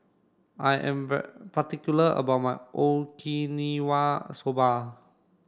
I am particular about my Okinawa Soba